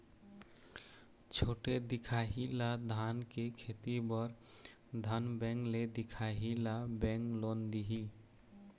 छोटे दिखाही ला धान के खेती बर धन बैंक ले दिखाही ला बैंक लोन दिही?